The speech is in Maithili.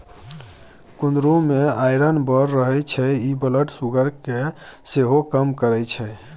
कुंदरु मे आइरन बड़ रहय छै इ ब्लड सुगर केँ सेहो कम करय छै